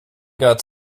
got